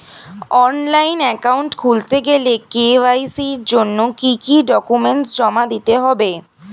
Online account খুলতে গেলে KYC জন্য কি কি ডকুমেন্ট জমা দিতে হবে?